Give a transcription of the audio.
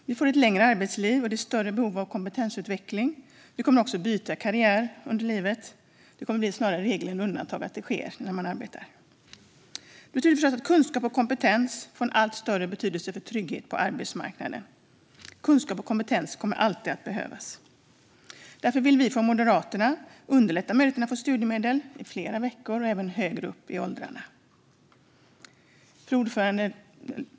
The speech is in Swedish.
Vi får ett la ̈ngre arbetsliv, och det är sto ̈rre behov av kompetensutveckling. Vi kommer också att byta karriär under livet; det kommer snarare att bli regel än undantag att det sker när man arbetar. Det betyder förstås att kunskap och kompetens fa°r en allt sto ̈rre betydelse fo ̈r trygghet pa° arbetsmarknaden. Kunskap och kompetens kommer alltid att behövas. Därför vill vi från Moderaterna underlätta möjligheten att få studiemedel under längre tid och även högre upp i åldrarna. Fru talman!